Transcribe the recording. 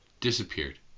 disappeared